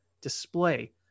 display